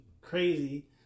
crazy